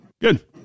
Good